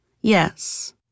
Yes